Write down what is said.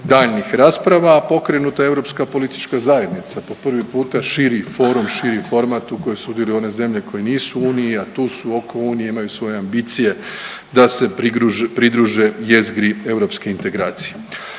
daljnjih rasprava, a pokrenuta je Europska politička zajednica, po prvi puta širi forum i širi format u kojem sudjeluju one zemlje koje nisu u Uniji, a tu su oko Unije, imaju svoje ambicije da se pridruže jezgri europske integracije.